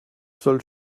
seule